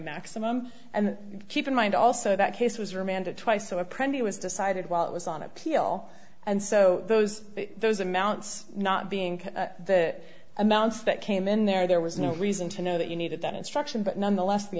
maximum and keep in mind also that case was remanded twice so a pretty was decided while it was on appeal and so those those amounts not being the amounts that came in there there was no reason to know that you needed that instruction but nonetheless the